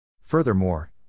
Furthermore